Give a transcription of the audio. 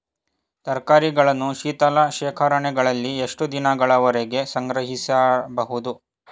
ತರಕಾರಿಗಳನ್ನು ಶೀತಲ ಶೇಖರಣೆಗಳಲ್ಲಿ ಎಷ್ಟು ದಿನಗಳವರೆಗೆ ಸಂಗ್ರಹಿಸಬಹುದು?